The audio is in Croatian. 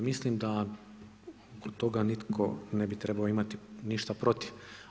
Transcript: Mislim da oko toga nitko ne bi trebao imati ništa protiv.